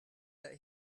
that